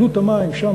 עלות המים שם,